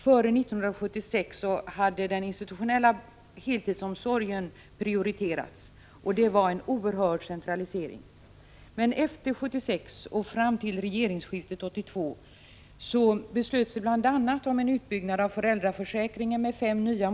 Före 1976 hade den institutionella heltidsomsorgen prioriterats, och det innebar en långtgående centralisering. Under tiden efter 1976 och fram till regeringsskiftet 1982 beslöts bl.a. om en utbyggnad av föräldraförsäkringen med fem månader.